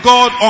God